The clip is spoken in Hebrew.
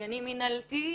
עניינים מנהלתיים,